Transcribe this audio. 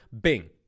bing